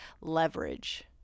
leverage